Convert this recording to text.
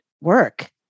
work